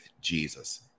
Jesus